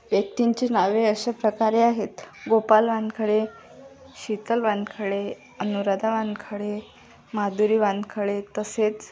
व्यक्तींची नावे अशाप्रकारे आहेत गोपाल वानखळे शीतल वानखळे अनुराधा वानखळे माधुरी वानखळे तसेच